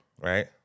right